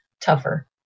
tougher